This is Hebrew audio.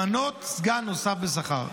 למנות סגן או שר בשכר.